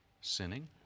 sinning